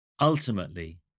Ultimately